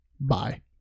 Bye